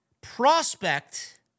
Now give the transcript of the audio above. prospect